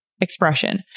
expression